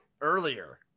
earlier